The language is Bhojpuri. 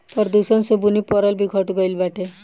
प्रदूषण से बुनी परल भी घट गइल बाटे